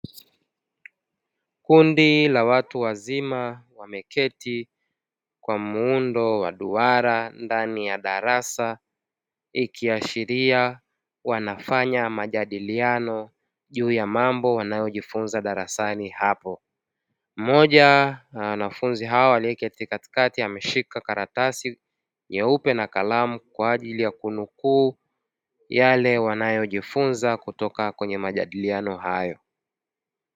Kundi la watu wazima wameketi kwa muundo wa duara ndani ya darasa ikiashiria wanafanya majadiliano juu ya mambo wanayojifunza darasani hapo. Mmoja wa wanafunzi hao aliyeketi katikati ameshika karatasi nyeupe na kalamu kwa ajili ya kunukuu yale wanayojifunza kutoka kwenye majadiliano hayo.